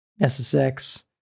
SSX